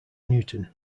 newton